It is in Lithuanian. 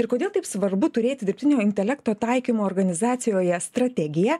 ir kodėl taip svarbu turėti dirbtinio intelekto taikymo organizacijoje strategiją